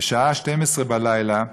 בשעה 24:00,